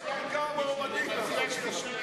יש כמה מועמדים כאן.